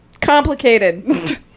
Complicated